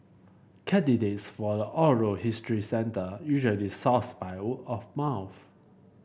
candidates for the oral history centre usually sourced by of mouth